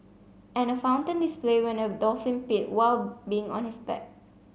and a fountain display when a dolphin peed while being on his back